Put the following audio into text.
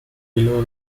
below